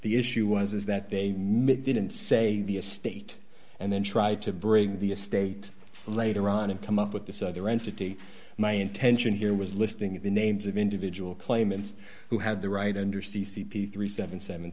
the issue was is that they didn't say the estate and then try to bring the estate later on and come up with this other entity my intention here was listing the names of individual claimants who had the right under c c p thirty seven